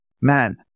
man